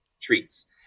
treats